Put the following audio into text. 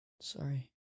Sorry